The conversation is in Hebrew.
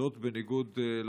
בניגוד לחוק,